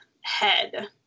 head